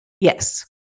Yes